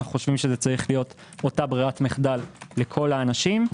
אנו חושבים שזו צריכה להיות אותה ברירת מחדל לכל האנשים.